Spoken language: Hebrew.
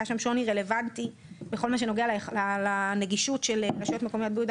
היה שם שוני רלוונטי בכל מה שנוגע לנגישות של רשויות מקומיות ביהודה